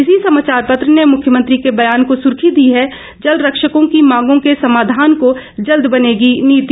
इसी समाचार पत्र ने मुख्यमंत्री के बयान को सुर्खी दी है जलरक्षकों की मांगों के समाधान को जल्द बनेगी नीति